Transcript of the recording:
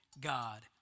God